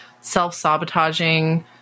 self-sabotaging